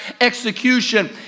execution